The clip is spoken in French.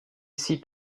ici